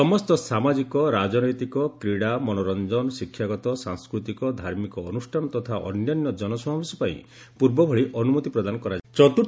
ସମସ୍ତ ସାମାଜିକ ରାଜନୈତିକ କ୍ରୀଡ଼ା ମନୋରଞ୍ଜନ ଶିକ୍ଷାଗତ ସାଂସ୍କୃତିକ ଧାର୍ମିକ ଅନୁଷ୍ଠାନ ତଥା ଅନ୍ୟାନ୍ୟ ଜନସମାବେଶ ପାଇଁ ପୂର୍ବଭଳି ଅନୁମତି ପ୍ରଦାନ କରାଯାଇ ନାହିଁ